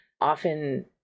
often